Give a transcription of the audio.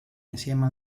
insieme